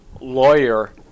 lawyer